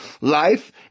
life